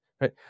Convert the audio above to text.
Right